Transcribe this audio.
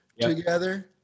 together